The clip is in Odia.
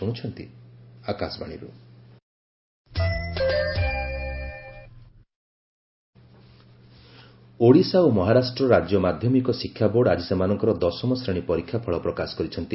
କ୍ଲାସ୍ ଟେନ୍ ରେଜଲ୍ଟ ଓଡ଼ିଶା ଓ ମହାରାଷ୍ଟ୍ର ରାଜ୍ୟ ମାଧ୍ୟମିକ ଶିକ୍ଷା ବୋର୍ଡ ଆଜି ସେମାନଙ୍କର ଦଶମଶ୍ରେଣୀ ପରୀକ୍ଷାଫଳ ପ୍ରକାଶ କରିଛନ୍ତି